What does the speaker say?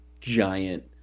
giant